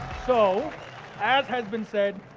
so as has been said,